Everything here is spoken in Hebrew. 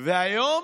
והיום,